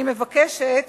אני מבקשת